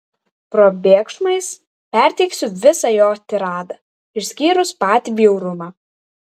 probėgšmais perteiksiu visą jo tiradą išskyrus patį bjaurumą